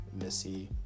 Missy